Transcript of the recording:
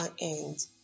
end